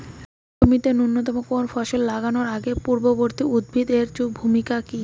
জমিতে নুতন কোনো ফসল লাগানোর আগে পূর্ববর্তী উদ্ভিদ এর ভূমিকা কি?